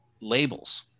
labels